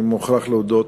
אני מוכרח להודות,